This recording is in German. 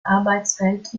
arbeitswelt